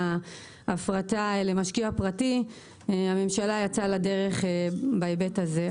ההפרטה למשקיע פרטי והממשלה יצאה לדרך בהיבט הזה.